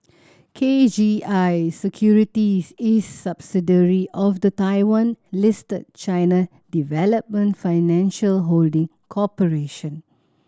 K G I Securities is subsidiary of the Taiwan Listed China Development Financial Holding Corporation